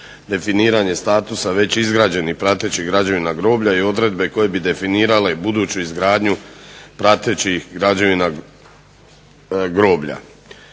definiranje statusa već izgrađenih pratećih građevina groblja i odredbe koje bi definirale buduću izgradnju pratećih građevina groblja.